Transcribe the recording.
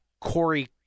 Corey